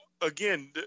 again